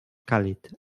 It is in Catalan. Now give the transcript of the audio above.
càlid